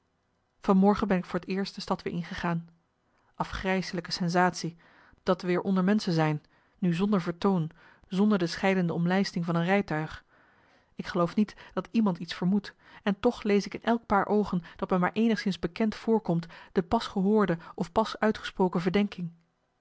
morgen ben ik voor t eerst de stad weer ingegaan afgrijselijke sensatie dat weer onder menschen zijn nu zonder vertoon zonder de scheidende omlijsting van een rijtuig ik geloof niet dat iemand iets vermoedt en toch lees ik in elk paar oogen dat me maar eenigszins bekend voorkomt de pas gehoorde of pas uitgesproken verdenking